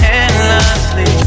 endlessly